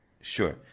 Sure